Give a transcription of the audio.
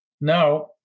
Now